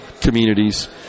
communities